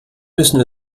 müssen